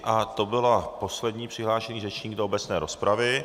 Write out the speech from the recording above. A to byl poslední přihlášený řečník do obecné rozpravy.